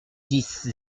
dix